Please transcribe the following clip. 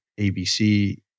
ABC